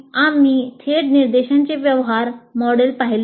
आम्ही थेट निर्देशांचे व्यवहार मॉडेल पाहिले आहेत